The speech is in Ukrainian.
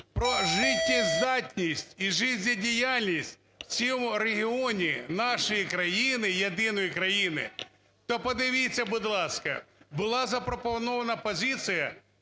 про життєздатність і жизнєдіяльність в цьому регіоні нашої країни, єдиної країни, то подивіться, будь ласка. Була запропонована позиція